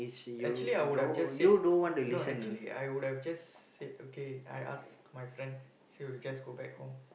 actually I would have just said no actually I would have just said okay I ask my friend so we just go back home